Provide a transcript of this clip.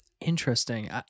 Interesting